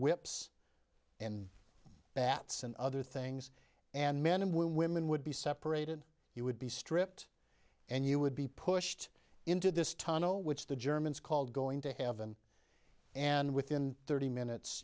whips and bats and other things and men and women would be separated you would be stripped and you would be pushed into this tunnel which the germans called going to have them and within thirty minutes